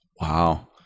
Wow